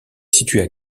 situé